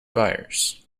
buyers